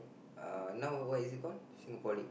uh now what is it call Singapore league